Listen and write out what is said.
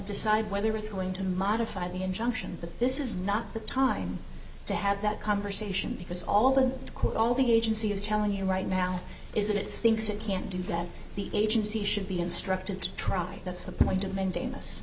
decide whether it's going to modify the injunction but this is not the time to have that conversation because all the all the agency is telling you right now is that it thinks it can't do that the agency should be instructed to try that's the point of manda